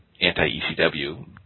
anti-ECW